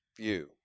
view